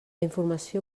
informació